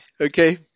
Okay